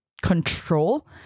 control